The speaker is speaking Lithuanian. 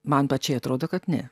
man pačiai atrodo kad ne